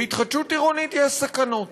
בהתחדשות עירונית יש סכנות,